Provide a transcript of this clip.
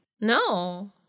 No